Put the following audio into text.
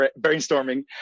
brainstorming